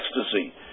ecstasy